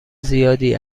زیادی